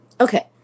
Okay